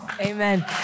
Amen